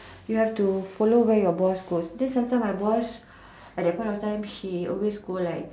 you have to follow where boss goes then sometimes my boss at that point of time she always go like